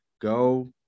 go